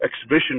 exhibition